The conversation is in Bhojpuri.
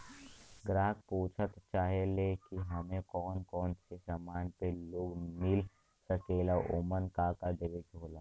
ग्राहक पुछत चाहे ले की हमे कौन कोन से समान पे लोन मील सकेला ओमन का का देवे के होला?